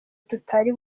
tutari